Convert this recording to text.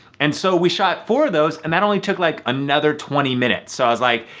and so we shot four of those and that only took like another twenty minutes. so i was like,